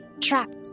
trapped